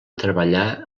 treballar